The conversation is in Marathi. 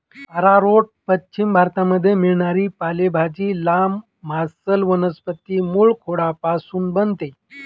आरारोट पश्चिम भारतामध्ये मिळणारी पालेभाजी, लांब, मांसल वनस्पती मूळखोडापासून बनते